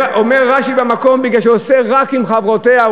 אומר רש"י במקום: מפני שעושה רק עם חברותיה,